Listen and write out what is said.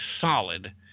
solid